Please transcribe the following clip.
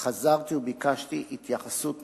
חזרתי וביקשתי התייחסות נוספת.